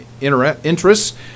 interests